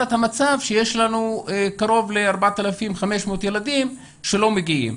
את המצב שיש לנו קרוב ל-4,500 ילדים שלא מגיעים.